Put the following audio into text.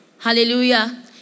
Hallelujah